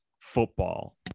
football